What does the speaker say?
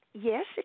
Yes